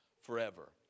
forever